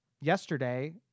yesterday